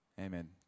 Amen